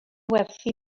werthu